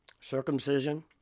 circumcision